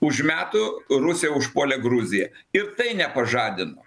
už metų rusija užpuolė gruziją ir tai nepažadino